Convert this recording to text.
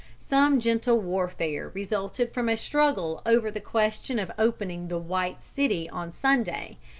some gentle warfare resulted from a struggle over the question of opening the white city on sunday,